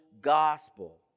gospel